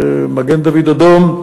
מגן-דוד-אדום,